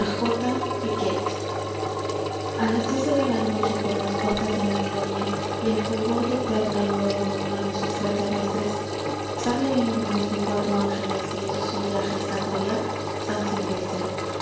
piquet a las doce de la noche por las puertas de la gloria y el fulgor de perla y oro de una luz extraterrestre sale en hombros de cuatro ángeles y en su silla gestatoria san silvestre